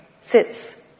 sits